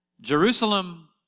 Jerusalem